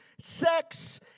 Sex